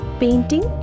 painting